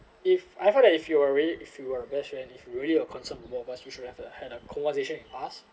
if I feel that if you are really if you a best friend if you really uh concern more of us we should have had a conversation in us